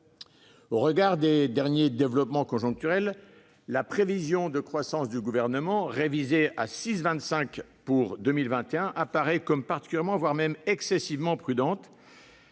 Au regard des derniers développements conjoncturels, la prévision de croissance du Gouvernement, révisée à 6,25 % pour 2021, paraît particulièrement, voire excessivement prudente.